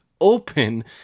open